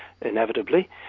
inevitably